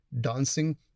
dancing